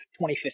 2015